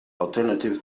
alternative